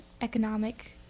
economic